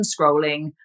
scrolling